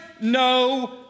no